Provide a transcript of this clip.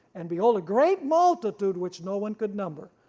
and behold a great multitude which no one could number,